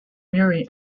murray